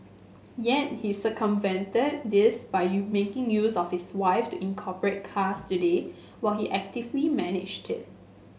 yet he circumvented this by you making use of his wife to incorporate Cars Today while he actively managed it